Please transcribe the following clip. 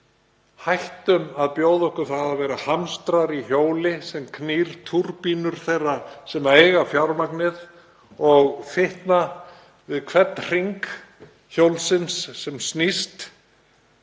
Hættum að láta bjóða okkur að vera hamstrar í hjóli sem knýr túrbínur þeirra sem eiga fjármagnið og fitna við hvern hring sem hjólið snýst.